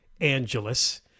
Angeles